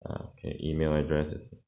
uh okay email address is